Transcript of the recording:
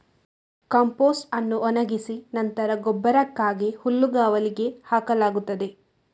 compost ಅನ್ನು ಒಣಗಿಸಿ ನಂತರ ಗೊಬ್ಬರಕ್ಕಾಗಿ ಹುಲ್ಲುಗಾವಲುಗಳಿಗೆ ಹಾಕಲಾಗುತ್ತದೆ